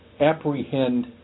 apprehend